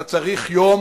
אתה צריך יום,